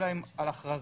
אלא הן על הכרזות.